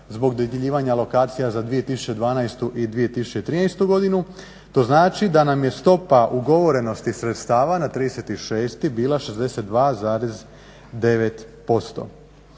zbog dodjeljivanja alokacija za 2012.i 2013.godinu to znači da nam je stopa ugovorenosti sredstava na 30.6. bila 62,9%.